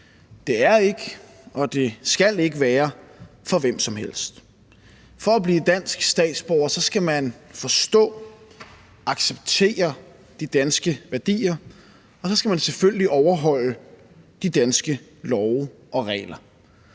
Det er ikke og det skal ikke være for hvem som helst. For at blive dansk statsborger skal man forstå og acceptere de danske værdier, og så skal man selvfølgelig overholde de danske love og regler.